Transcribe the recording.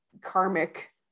karmic